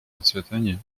процветания